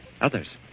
Others